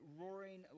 roaring